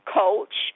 coach